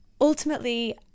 Ultimately